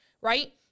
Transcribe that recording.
right